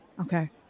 Okay